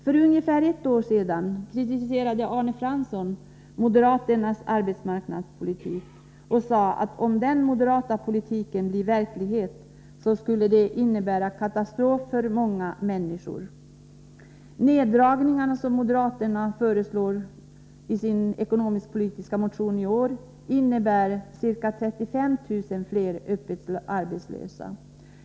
För ungefär ett år sedan kritiserade Arne Fransson moderaternas arbetsmarknadspolitik och sade, att om den moderata politiken blir verklighet skulle det innebära katastrof för många människor. De neddragningar som moderaterna föreslår i sin ekonomisk-politiska motion i år innebär ca 35 000 fler öppet arbetslösa.